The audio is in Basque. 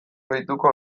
gehituko